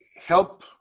help